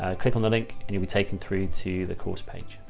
ah click on the link and you'll be taken through to the course page.